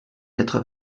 quatre